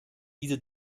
diese